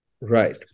Right